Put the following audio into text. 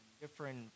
different